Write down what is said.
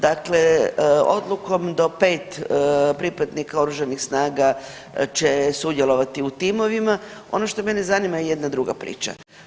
Dakle, odlukom do 5 pripadnika Oružanih snaga će sudjelovati u timovima, ono što mene zanima je jedna druga priča.